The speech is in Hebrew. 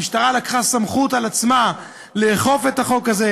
המשטרה לקחה סמכות על עצמה לאכוף את החוק הזה,